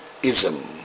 ism